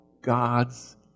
God's